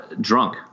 drunk